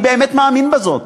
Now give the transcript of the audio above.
אני באמת מאמין בזאת